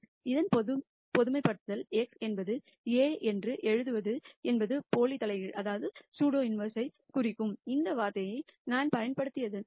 இதன் பொதுமைப்படுத்தல் x என்பது A என்று எழுதுவது என்பது சூடோ இன்வெர்ஸ் b ஐ குறிக்க இந்த வார்த்தையை நான் பயன்படுத்தினேன்